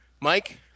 Mike